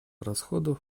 расходов